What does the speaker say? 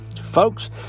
Folks